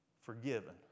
Forgiven